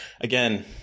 again